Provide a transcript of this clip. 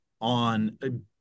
on